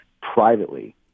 privately